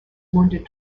wounded